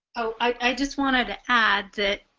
oh i just wanted to add that